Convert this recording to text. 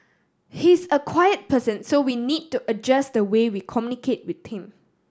he's a quiet person so we need to adjust the way we communicate with him